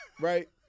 Right